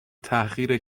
تحقیر